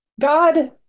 God